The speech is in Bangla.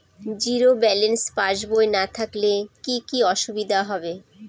জিরো ব্যালেন্স পাসবই না থাকলে কি কী অসুবিধা হবে?